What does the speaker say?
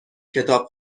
کتاب